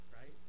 right